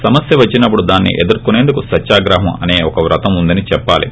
సమస్య వచ్చినపుడు దాన్ని ఎదుర్కొనేందుకు సత్యాగ్రహం అసే ఒక వ్రతం వుందని చెప్పాలి